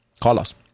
Carlos